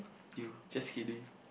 you just kidding